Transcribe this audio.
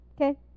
Okay